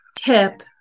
tip